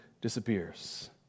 disappears